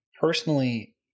personally